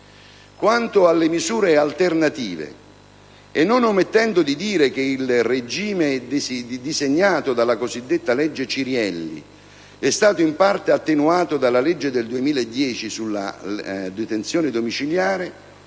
quanto alle misure alternative e non omettendo di dire che il regime disegnato dalla cosiddetta legge Cirielli è stato in parte attenuato dalla legge del 2010 sulla detenzione domiciliare,